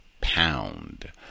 pound